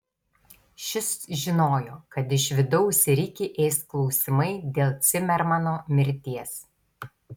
šis žinojo kad iš vidaus rikį ės klausimai dėl cimermano mirties